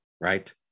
right